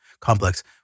Complex